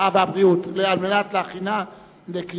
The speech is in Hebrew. והבריאות נתקבלה.